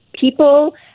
people